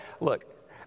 look